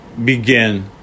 Begin